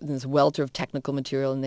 the welter of technical material and